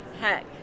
Heck